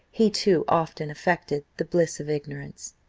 he too often affected the bliss of ignorance.